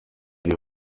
bari